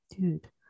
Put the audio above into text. dude